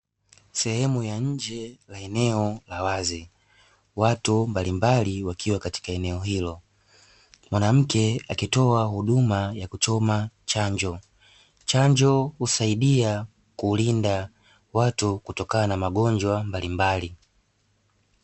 Sehemu ya nje la eneo la wazi, watu mbalimbali wakiwa katika eneo hilo. Mwanamke akitoa huduma ya kuchoma chanjo, chanjo husaidia kulinda watu kutokana na magonjwa mbalimbali.